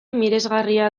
miresgarria